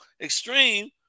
extreme